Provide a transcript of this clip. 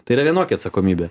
tai yra vienokia atsakomybė